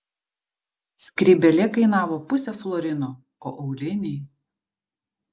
skrybėlė kainavo pusę florino o auliniai